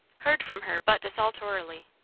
heard from her but desultorily.